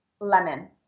lemon